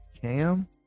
Cam